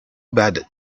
bad